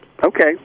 Okay